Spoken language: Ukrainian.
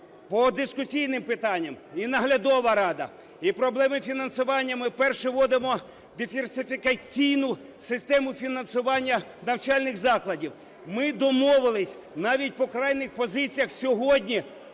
по дискусійним питанням. І наглядова рада, і проблеми фінансування, ми вперше вводимо диверсифікаційну систему фінансування навчальних закладів. Ми домовились навіть по крайніх позиціях сьогодні.